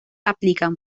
aplican